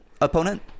opponent